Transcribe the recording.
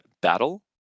battle